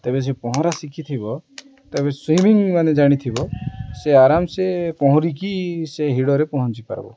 ତେବେ ସେ ପହଁରା ଶିଖିଥିବ ତେବେ ସ୍ୱିମିଙ୍ଗ ମାନେ ଜାଣିଥିବ ସେ ଆରାମ ସେ ପହଁରିକି ସେ ହିଡ଼ରେ ପହଞ୍ଚି ପାରିବ